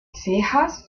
cejas